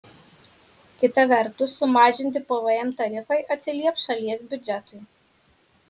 kita vertus sumažinti pvm tarifai atsilieps šalies biudžetui